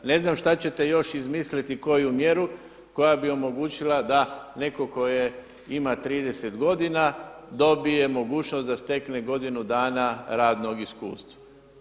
Ne znam što ćete izmisliti koju mjeru koja bi omogućila da netko tko ima 30 godina dobije mogućnost da stekne godinu dana radnog iskustva.